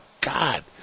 God